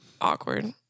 Awkward